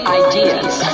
ideas